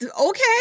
okay